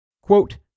Quote